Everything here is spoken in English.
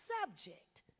subject